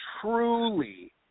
truly